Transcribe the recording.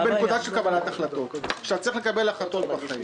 צריך לקבל החלטות בחיים.